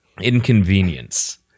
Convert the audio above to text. inconvenience